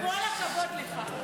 כל הכבוד לך.